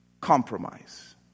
Compromise